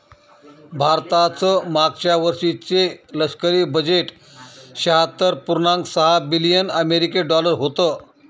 भारताचं मागच्या वर्षीचे लष्करी बजेट शहात्तर पुर्णांक सहा बिलियन अमेरिकी डॉलर होतं